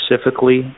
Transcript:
specifically